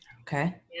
Okay